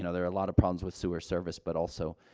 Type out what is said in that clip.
and there are a lot of problems with sewer service, but also,